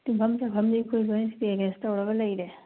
ꯇꯨꯝꯐꯝ ꯆꯥꯐꯝꯗꯤ ꯑꯩꯈꯣꯏ ꯂꯣꯏ ꯑꯦꯔꯦꯟꯖ ꯇꯧꯔꯒ ꯂꯩꯔꯦ